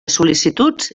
sol·licituds